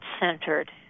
centered